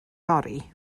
fory